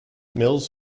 mills